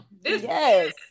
Yes